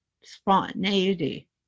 spontaneity